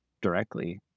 directly